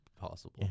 possible